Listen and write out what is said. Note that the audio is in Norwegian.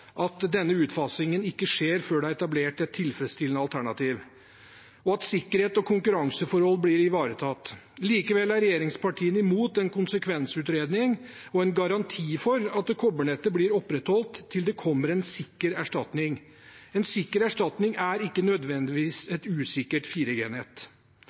at denne utfasingen ikke skjer før det er etablert et tilfredsstillende alternativ, og at sikkerhet og konkurranseforhold blir ivaretatt. Likevel er regjeringspartiene imot en konsekvensutredning og en garanti for at kobbernettet blir opprettholdt til det kommer en sikker erstatning. En sikker erstatning er ikke nødvendigvis